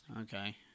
Okay